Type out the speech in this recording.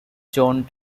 john